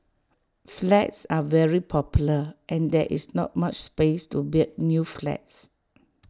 flats are very popular and there is not much space to build new flats